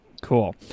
Cool